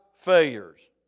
failures